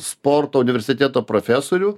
sporto universiteto profesorių